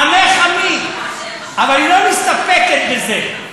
עמך עמי, אבל היא לא מסתפקת בזה.